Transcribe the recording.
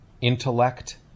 intellect